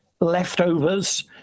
leftovers